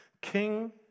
King